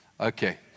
Okay